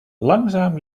langzaam